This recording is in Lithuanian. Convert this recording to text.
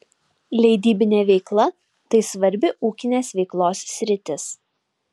leidybinė veikla tai svarbi ūkinės veiklos sritis